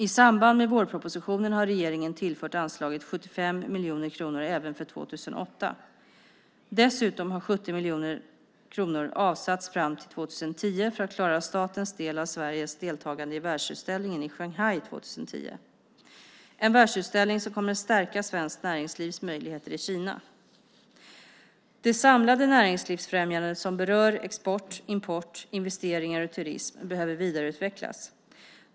I samband med vårpropositionen har regeringen tillfört anslaget 75 miljoner kronor även för 2008. Dessutom har 70 miljoner kronor avsatts fram till 2010 för att klara statens del av Sveriges deltagande i världsutställningen i Shanghai 2010, en världsutställning som kommer att stärka svenskt näringslivs möjligheter i Kina. Det samlade näringslivsfrämjandet som berör export, import, investeringar och turism behöver vidareutvecklas.